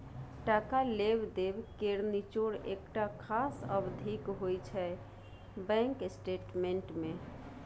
टका लेब देब केर निचोड़ एकटा खास अबधीक होइ छै बैंक स्टेटमेंट मे